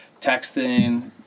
texting